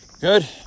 Good